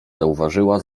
zauważyła